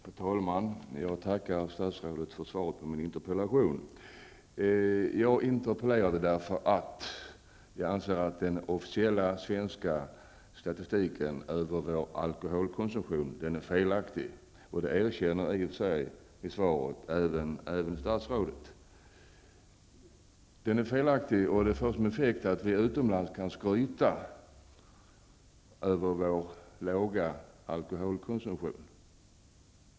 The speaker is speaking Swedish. Herr talman! Jag tackar statsrådet för svaret på min interpellation. Jag interpellerade därför att jag anser att den officiella statistiken över den svenska alkoholkonsumtionen är felaktig. Det erkänner i och för sig statsrådet i svaret. Statistiken är felaktig, och därför är det också fel att vi utomlands skryter över vår låga alkoholkonsumtion.